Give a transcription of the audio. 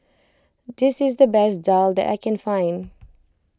this is the best Daal that I can find